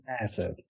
massive